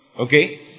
Okay